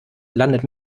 landet